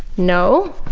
no,